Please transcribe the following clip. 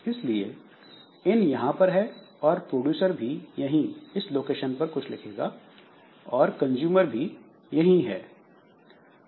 इसलिए इन यहां पर है और प्रोड्यूसर भी यहीं इस लोकेशन पर कुछ लिखेगा और कंजूमर भी यही है